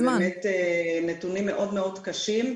הם באמת נתונים מאוד מאוד קשים.